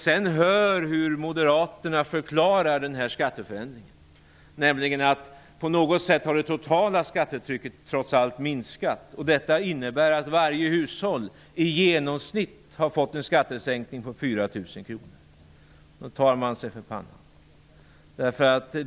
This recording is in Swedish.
Sedan förklarar Moderaterna den här skatteförändringen med att det totala skattetrycket på något sätt trots allt har minskat och att varje hushåll därmed i genomsnitt har fått en skattesänkning på 4 000 kr. Man tar sig för pannan.